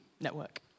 network